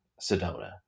Sedona